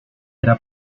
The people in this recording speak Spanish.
era